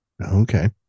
Okay